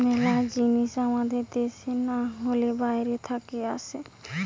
মেলা জিনিস আমাদের দ্যাশে না হলে বাইরে থাকে আসে